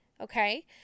Okay